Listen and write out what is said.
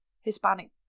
Hispanic